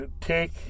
take